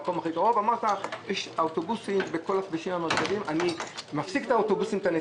זה הכי קרוב אתה אומר: האוטובוסים הם בכל הכבישים המרכזיים,